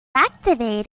activated